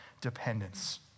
dependence